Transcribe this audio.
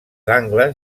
angles